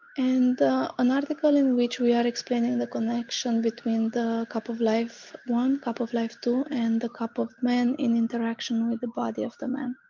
and an article in in which we are explaining the connection between the cup of life one, cup of life two and the cup of man in interaction with the body of the man.